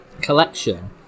collection